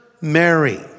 Mary